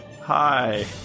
hi